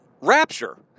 rapture